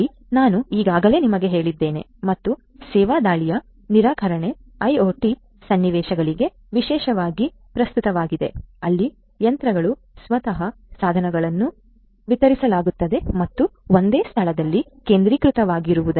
ಆದ್ದರಿಂದ DoS ದಾಳಿ ನಾನು ಈಗಾಗಲೇ ನಿಮಗೆ ಹೇಳಿದ್ದೇನೆ ಮತ್ತು ಸೇವಾ ದಾಳಿಯ ನಿರಾಕರಣೆ ಐಒಟಿ ಸನ್ನಿವೇಶಗಳಿಗೆ ವಿಶೇಷವಾಗಿ ಪ್ರಸ್ತುತವಾಗಿದೆ ಅಲ್ಲಿ ಯಂತ್ರಗಳು ಸ್ವತಃ ಸಾಧನಗಳನ್ನು ವಿತರಿಸಲಾಗುತ್ತದೆ ಮತ್ತು ಒಂದೇ ಸ್ಥಳದಲ್ಲಿ ಕೇಂದ್ರೀಕೃತವಾಗಿರುವುದಿಲ್ಲ